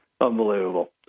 Unbelievable